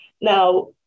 Now